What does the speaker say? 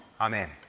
Amen